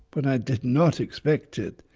when i did not expect it,